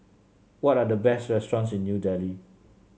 what are the best restaurants in New Delhi